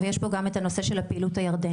ויש פה גם את הנושא של הפעילות הירדנית.